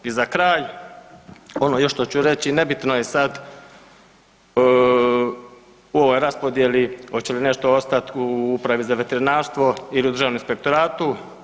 I za kraj, ono još što ću reći nebitno je sad u ovoj raspodjeli hoće li nešto ostati u upravi za veterinarstvo ili u Državnom inspektora.